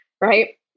right